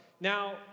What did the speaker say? Now